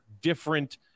different